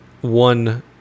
one